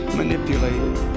manipulated